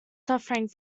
suffering